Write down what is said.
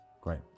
Great